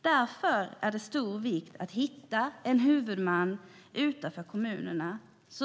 Därför är det av stor vikt att hitta en huvudman utanför kommunerna.